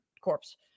corpse